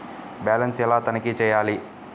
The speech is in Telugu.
బ్యాలెన్స్ ఎలా తనిఖీ చేయాలి?